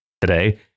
today